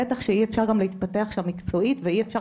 בטח שאי אפשר גם להתפתח של מקצועית ואי אפשר